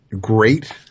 great